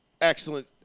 Excellent